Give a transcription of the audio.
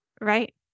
Right